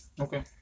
Okay